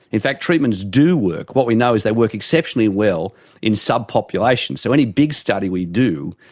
in fact treatments do work. what we know is they work exceptionally well in subpopulations. so any big study we do,